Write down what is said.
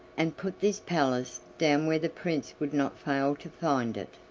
and put this palace down where the prince would not fail to find it.